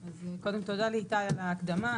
אז קודם כל תודה לאיתי על ההקדמה.